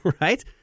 Right